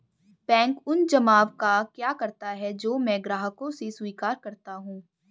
Bank उन जमाव का क्या करता है जो मैं ग्राहकों से स्वीकार करता हूँ?